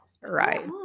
Right